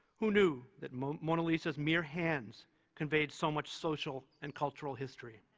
who knew that mona mona lisa's mere hands conveyed so much social and cultural history?